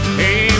hey